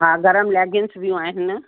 हा गरम लेंगिंस बि आहिनि